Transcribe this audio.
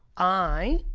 i